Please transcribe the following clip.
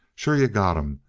sure you got em.